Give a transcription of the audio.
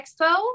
expo